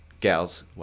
Gals